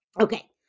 Okay